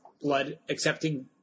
blood-accepting